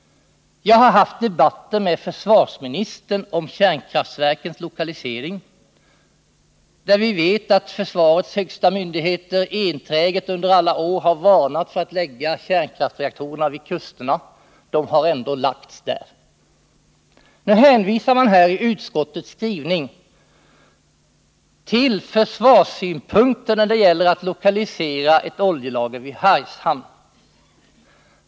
Jag har också haft debatter med försvarsministern om kärnkraftverkens lokalisering. Vi vet att försvarets högsta myndigheter enträget under alla år har varnat för att lägga kärnkraftsreaktorerna vid kusterna, men de har ändå lagts där. Nu hänvisar man i utskottets skrivning till försvarssynpunkter när det gäller frågan att lokalisera ett oljelager vid Hargshamn.